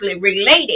related